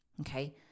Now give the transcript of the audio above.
Okay